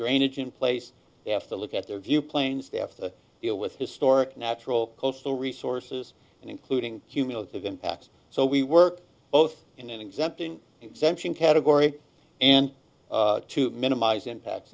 drainage in place they have to look at their view planes they have to deal with historic natural coastal resources including cumulative impact so we work both in exempting exemption category and to minimize impact